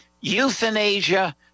euthanasia